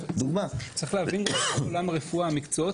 צריך להבין שבעולם הרפואה המקצועות